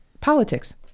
Politics